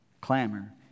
clamor